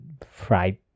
fried